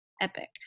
epic